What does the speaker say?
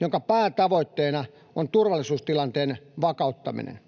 jonka päätavoitteena on turvallisuustilanteen vakauttaminen.